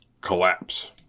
collapse